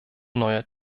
neuer